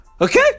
Okay